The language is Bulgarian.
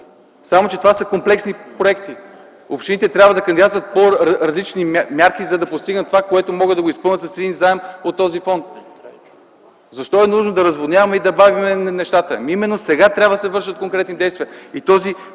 само че това са комплексни проекти? Общините трябва да кандидатстват по различни мерки, за да постигнат това, което могат да го изпълнят с един заем по този фонд. Защо е нужно да разводняваме и да бавим нещата? Именно сега трябва да се вършат конкретни действия и този